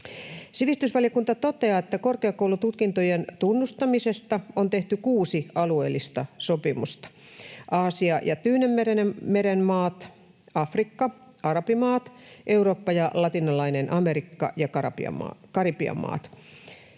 Sivistysvaliokunta toteaa, että korkeakoulututkintojen tunnustamisesta on tehty kuusi alueellista sopimusta: Aasia ja Tyynenmeren maat, Afrikka, arabimaat, Eurooppa ja Latinalainen Amerikka ja Karibian maat.